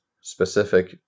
specific